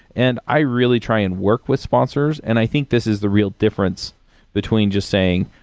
and i really try and work with sponsors, and i think this is the real difference between just saying,